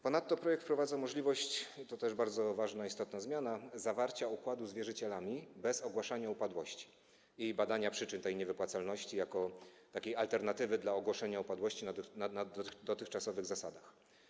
Ponadto projekt wprowadza możliwość - to też bardzo ważna, istotna zmiana - zawarcia układu z wierzycielami bez ogłaszania upadłości i badania przyczyn niewypłacalności jako taką alternatywę dla ogłoszenia upadłości na dotychczasowych zasadach.